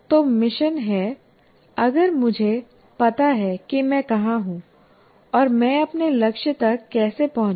तो मिशन है अगर मुझे पता है कि मैं कहां हूं और मैं अपने लक्ष्य तक कैसे पहुंचूं